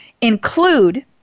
include